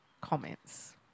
comments